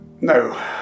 No